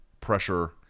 pressure